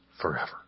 forever